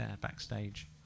backstage